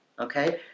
okay